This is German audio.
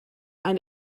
ein